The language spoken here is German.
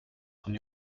von